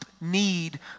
need